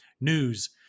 News